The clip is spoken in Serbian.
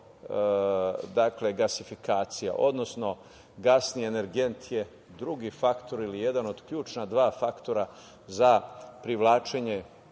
jeste gasifikacija, odnosno gasni energent je drugi faktor ili jedan od ključna dva faktora za privlačenje,